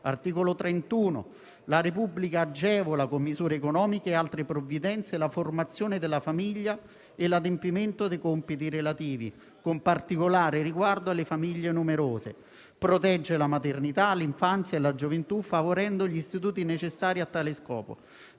che «La Repubblica agevola con misure economiche e altre provvidenze la formazione della famiglia e l'adempimento dei compiti relativi, con particolare riguardo alle famiglie numerose. Protegge la maternità, l'infanzia e la gioventù, favorendo gli istituti necessari a tale scopo».